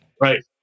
Right